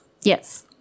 Yes